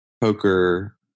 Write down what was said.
poker